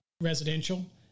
residential